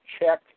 check